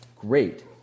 great